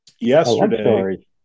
yesterday